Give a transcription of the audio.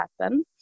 happen